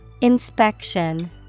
Inspection